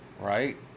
Right